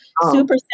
super